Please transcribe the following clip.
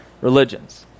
religions